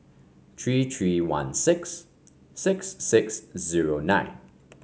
three three one six six six zero nine